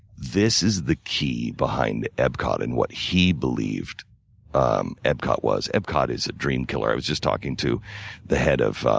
this is the key behind the epcot and what he believed um epcot was. epcot is a dream killer. i was just talking to the head of